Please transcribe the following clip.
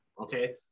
okay